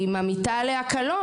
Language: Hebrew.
היא ממיתה עליה קלון,